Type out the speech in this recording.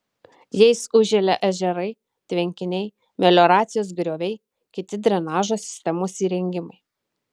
jais užželia ežerai tvenkiniai melioracijos grioviai kiti drenažo sistemos įrengimai